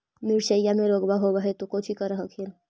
मिर्चया मे रोग्बा होब है तो कौची कर हखिन?